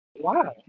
Wow